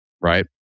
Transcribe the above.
right